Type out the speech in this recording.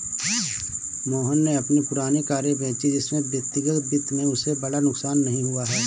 मोहन ने अपनी पुरानी कारें बेची जिससे व्यक्तिगत वित्त में उसे बड़ा नुकसान नहीं हुआ है